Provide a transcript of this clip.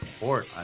report